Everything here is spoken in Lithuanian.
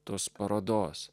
tos parodos